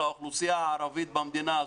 לאוכלוסייה הערבית במדינה הזאת,